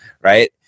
Right